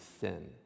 sin